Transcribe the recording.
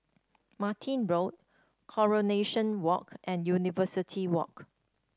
Martin Road Coronation Walk and University Walk